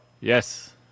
Yes